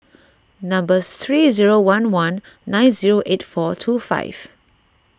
number three zero one one nine zero eight four two five